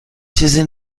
چیزی